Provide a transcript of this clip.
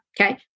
okay